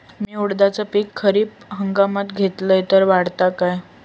मी उडीदाचा पीक खरीप हंगामात घेतलय तर वाढात काय?